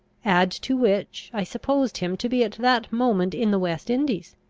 add to which, i supposed him to be at that moment in the west indies.